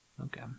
okay